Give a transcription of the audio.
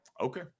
Okay